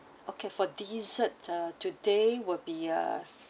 okay for dessert ah today will be uh